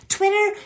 Twitter